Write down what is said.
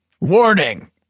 warning